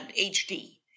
HD